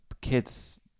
kids